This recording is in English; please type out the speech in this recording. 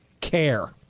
care